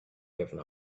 giving